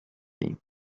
ایم